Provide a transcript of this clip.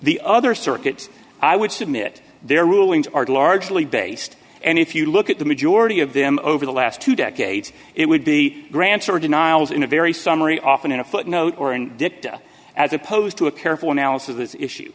the other circuit i would submit their rulings are largely based and if you look at the majority of them over the last two decades it would be grants or denials in a very summary often in a footnote or and dicta as opposed to a careful analysis